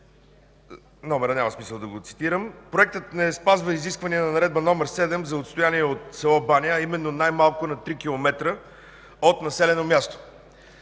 номерът няма смисъл да го цитирам. Проектът не спазва изискванията на Наредба № 7, за отстоянията от с. Баня, а именно най-малко на 3 км, от населеното място.